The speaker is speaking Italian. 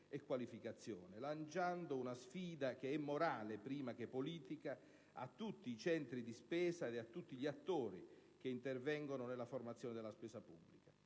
e qualificazione, lanciando una sfida che è morale prima che politica a tutti i centri di spesa e a tutti gli attori che intervengono nella formazione della spesa pubblica.